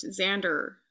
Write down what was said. Xander